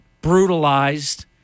brutalized